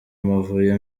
mpavuye